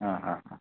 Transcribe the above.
ആ ആ ആ